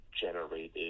generated